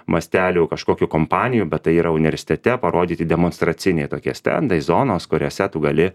mastelių kažkokių kompanijų bet tai yra universitete parodyti demonstraciniai tokie stendai zonos kuriose tu gali